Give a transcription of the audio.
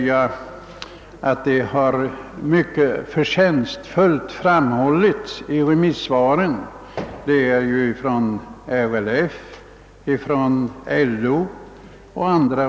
Denna synpunkt har mycket förtjänstfullt utvecklats i remissyttrandena från bl.a. RLF och LO.